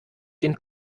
den